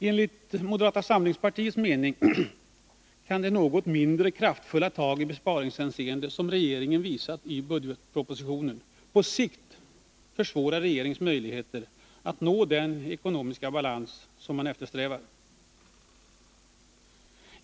Enligt moderata samlingspartiets mening kan de något mindre kraftfulla tag i besparingshänseende som regeringen redovisat i budgetpropositionen på sikt försvåra regeringens möjligheter att nå den ekonomiska balans som man eftersträvar.